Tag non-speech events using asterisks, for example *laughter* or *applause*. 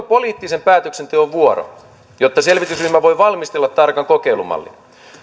*unintelligible* poliittisen päätöksenteon vuoro jotta selvitysryhmä voi valmistella tarkan kokeilumallin